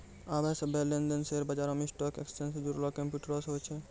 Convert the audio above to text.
आबे सभ्भे लेन देन शेयर बजारो मे स्टॉक एक्सचेंज से जुड़लो कंप्यूटरो से होय छै